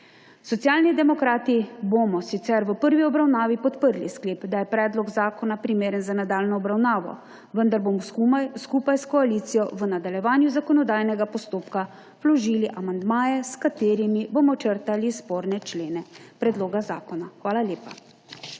Socialni demokrati bomo sicer v prvi obravnavi podprli sklep, da je predlog zakona primeren za nadaljnjo obravnavo, vendar bomo skupaj s koalicijo v nadaljevanju zakonodajnega postopka vložili amandmaje, s katerimi bomo črtali sporne člene predloga zakona. Hvala lepa.